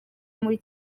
muri